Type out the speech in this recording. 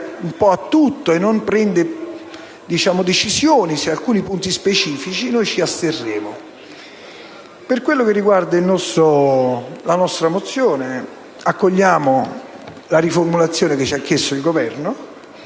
Per quanto riguarda la nostra mozione n. 138, noi accogliamo la riformulazione che ci ha chiesto il Governo.